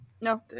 No